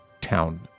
town